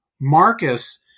Marcus